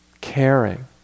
caring